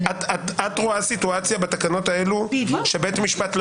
את רואה סיטואציה בתקנות האלה שבית משפט לא